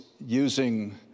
using